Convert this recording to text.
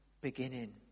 beginning